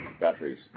batteries